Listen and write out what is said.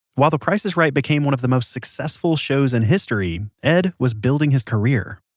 while the price is right became one of the most successful shows in history, edd was building his career